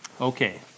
Okay